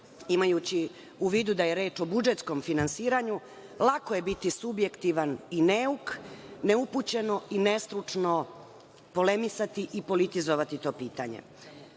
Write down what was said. imajući u vidu da je reč o budžetskom finansiranju, lako je biti subjektivan i neuk, neupućeno i nestručno polemisati i politizovati to pitanje.